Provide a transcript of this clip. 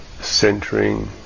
Centering